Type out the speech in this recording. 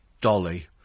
Dolly